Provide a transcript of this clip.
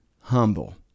humble